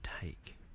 take